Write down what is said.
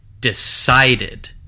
decided